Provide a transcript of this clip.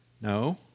No